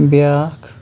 بیٛاکھ